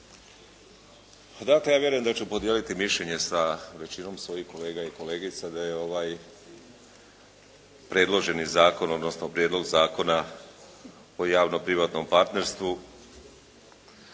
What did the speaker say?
Dakle, ja vjerujem da ću podijeliti mišljenje sa većinom svojih kolega i kolegica da je ovaj predloženi zakon, odnosno prijedlog Zakona o javno-privatnom partnerstvu